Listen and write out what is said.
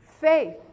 faith